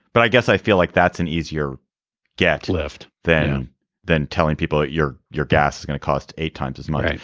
but i guess i feel like that's an easier get lift than than telling people that your your gas is going to cost eight times as much.